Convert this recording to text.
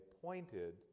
pointed